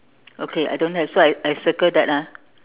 okay I don't have so I I circle that ah